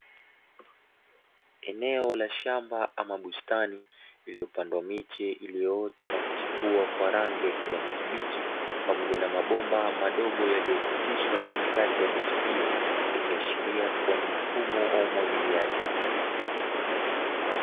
Eneo la shamba ama bustani iliyopandwa miche iliyoota na kuchipua kwa rangi ya kijani kibichi pamoja na mabomba madogo yaliyopitishwa katikati ya miche hiyo, ikiashiria kuwa ni mfumo wa umwagiliaji.